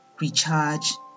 recharge